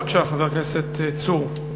בבקשה, חבר הכנסת צור.